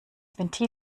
ventil